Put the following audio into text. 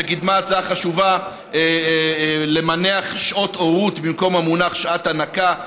שקידמה הצעה חשובה על המונח "שעות הורות" במקום המונח "שעת הנקה".